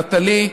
נטלי,